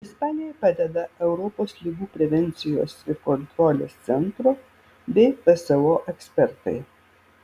ispanijai padeda europos ligų prevencijos ir kontrolės centro bei pso ekspertai